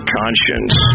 conscience